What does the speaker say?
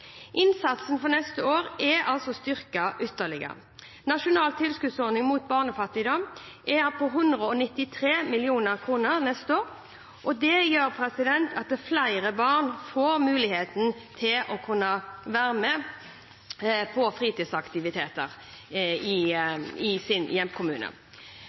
Innsatsen for neste år er altså styrket ytterligere. Nasjonal tilskuddsordning mot barnefattigdom er neste år på 193 mill. kr, og det gjør at flere barn får muligheten til å være med på fritidsaktiviteter i sin hjemkommune.